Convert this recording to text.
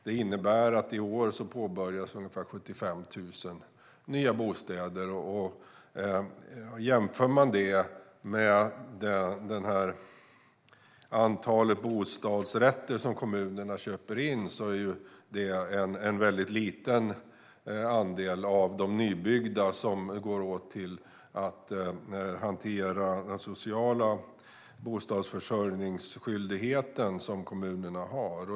Detta innebär att det i år påbörjas byggande av ungefär 75 000 nya bostäder. Man kan jämföra det med det antal bostadsrätter som kommunerna köper in. Det är en väldigt liten andel av det nybyggda som går åt till att hantera den sociala bostadsförsörjningsskyldighet som kommunerna har.